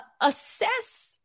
assess